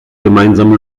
gemeinsam